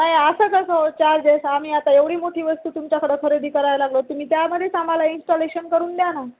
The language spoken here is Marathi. नाही असं कसं चार्जेस आम्ही आता एवढी मोठी वस्तू तुमच्याकडं खरेदी कराय लागलो तुम्ही त्यामध्येच आम्हाला इनस्टॉलेशन करून द्या ना